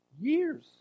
Years